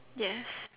yes